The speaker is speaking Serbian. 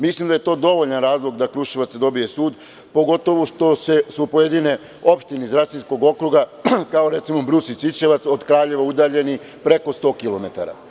Mislim da je to dovoljan razlog da Kruševac dobije sud, pogotovo što su pojedine opštine iz Rasinskog okruga, kao recimo Brus i Ćićevac, od Kraljeva udaljeni preko 100 kilometara.